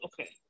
okay